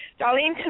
Darlene